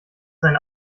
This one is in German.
seine